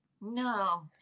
No